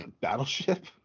Battleship